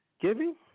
giving